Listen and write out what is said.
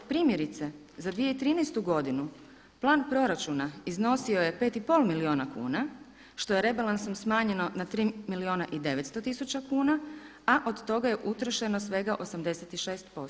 Primjerice za 2013. godinu, plan proračuna iznosio je 5,5 milijuna kuna što je rebalansom smanjeno na 3 milijuna i 900 tisuća kuna, a od toga je utrošeno svega 86%